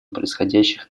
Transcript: происходящих